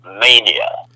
Mania